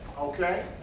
Okay